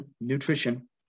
Nutrition